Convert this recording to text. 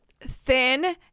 thin